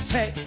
Say